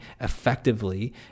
effectively